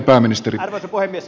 arvoisa puhemies